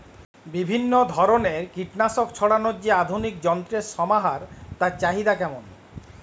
বিভিন্ন ধরনের কীটনাশক ছড়ানোর যে আধুনিক যন্ত্রের সমাহার তার চাহিদা কেমন?